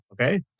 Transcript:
okay